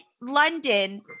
london